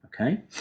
okay